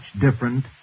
different